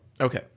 Okay